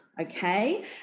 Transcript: Okay